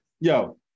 Yo